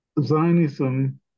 Zionism